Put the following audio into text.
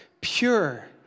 pure